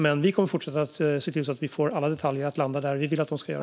Vi kommer att fortsätta att se till att få alla detaljer att landa där vi vill att de ska landa.